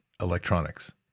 electronics